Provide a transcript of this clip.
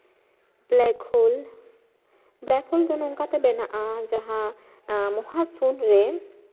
black hole black hole ᱫᱚ ᱱᱚᱝᱠᱟᱛᱮ ᱵᱮᱱᱟᱜᱼᱟ ᱡᱟᱦᱟᱸ ᱢᱚᱦᱟᱥᱩᱱ ᱨᱮ